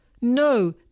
No